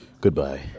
Goodbye